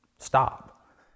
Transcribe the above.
Stop